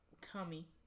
tummy